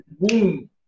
boom